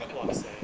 !wahseh!